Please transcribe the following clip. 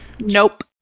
Nope